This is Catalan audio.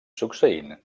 succeint